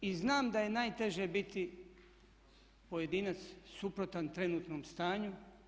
I znam da je najteže biti pojedinac suprotan trenutnom stanju.